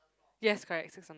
yes correct six on the